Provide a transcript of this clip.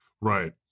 Right